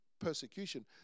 persecution